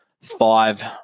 five